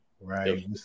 right